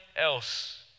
else